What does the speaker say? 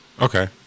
Okay